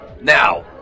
Now